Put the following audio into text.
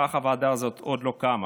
וכך הוועדה הזאת עוד לא קמה.